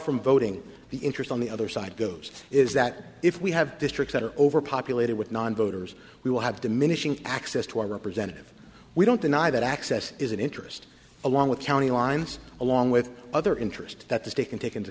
from voting the interest on the other side goes is that if we have districts that are over populated with nonvoters we will have diminishing access to our representative we don't deny that access is an interest along with county lines along with other interests that the state can take into